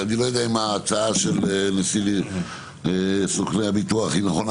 אני לא יודע אם ההצעה של נשיא סוכני הביטוח היא נכונה,